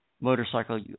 motorcycle